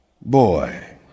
boy